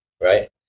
Right